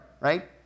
right